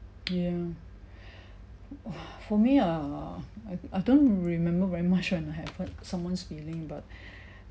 ya for me err I I don't remember very much when I have hurt someone's feeling but